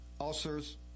ulcers